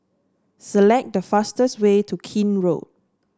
select the fastest way to Keene Road